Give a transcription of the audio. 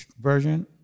version